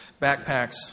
backpacks